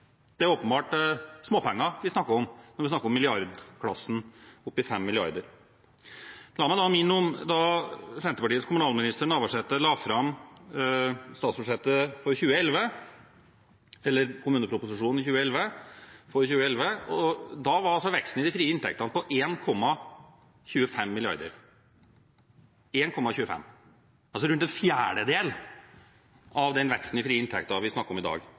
det er åpenbart småpenger vi snakker om når vi snakker om i milliardklassen, opp i 5 mrd. kr! La meg minne om at da Senterpartiets kommunalminister Navarsete la fram kommuneproposisjonen for 2011, var veksten i de frie inntektene på 1,25 mrd. kr – 1,25 mrd. kr – altså rundt en fjerdedel av den veksten i frie inntekter vi snakker om i dag.